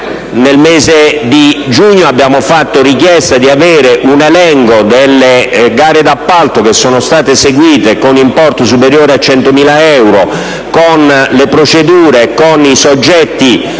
nel mese di giugno abbiamo avanzato la richiesta di ricevere l'elenco delle gare d'appalto che sono state eseguite con importo superiore a 100.000 euro con indicate le procedure ed i soggetti